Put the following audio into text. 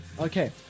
Okay